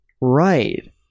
Right